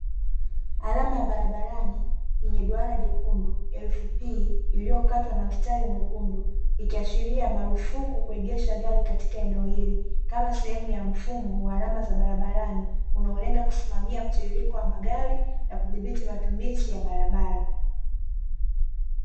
Alama ya barabarani yenye duara jekundu herufi P, iliyokatwa na mstari mwekundu ikiashiria marufuku kuegesha gari katika eneo hili. kama sehemu ya mfumo wa alama za barabarani unaolenge kusimamia mtiririko wa magari na kudhibiti matumizi ya barabara.